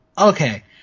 Okay